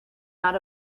out